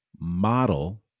model